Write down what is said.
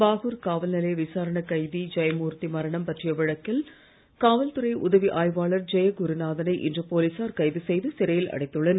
பாகூர் காவல்நிலைய விசாரணைக் கைதி ஜெயம்மூர்த்தி மரணம் பற்றிய வழக்கில் காவல்துறை உதவி ஆய்வாளர் ஜெயகுருநாதனை இன்று போலீசார் கைது செய்து சிறையில் அடைத்துள்ளனர்